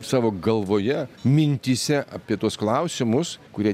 savo galvoje mintyse apie tuos klausimus kurie